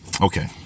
Okay